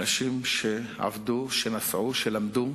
אנשים שעבדו, שנסעו, שלמדו,